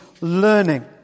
learning